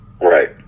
Right